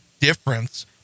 difference